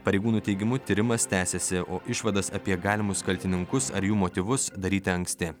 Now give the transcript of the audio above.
pareigūnų teigimu tyrimas tęsiasi o išvadas apie galimus kaltininkus ar jų motyvus daryti anksti